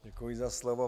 Děkuji za slovo.